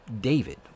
David